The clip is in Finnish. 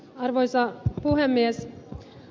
arvoisa puhemies